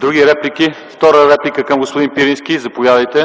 ПРЕДСЕДАТЕЛ ЛЪЧЕЗАР ИВАНОВ: Втора реплика към господин Пирински? Заповядайте,